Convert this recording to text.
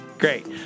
Great